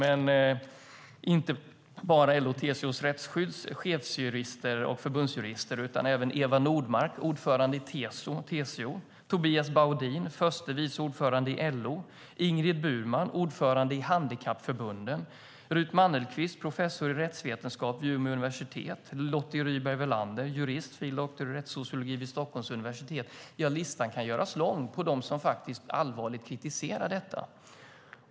Det är inte bara LO-TCO:s Rättsskydds chefsjurister och förbundsjurister utan även Eva Nordmark, ordförande i TCO, Tobias Baudin, förste vice ordförande i LO, Ingrid Burman, ordförande i Handikappförbunden, Ruth Mannelqvist, professor i rättsvetenskap vid Umeå universitet, Lotti Ryberg-Welander, jurist och fil.dr. i rättssociologi vid Stockholms universitet. Ja, listan kan göras lång på dem som allvarligt kritiserar detta.